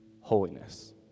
holiness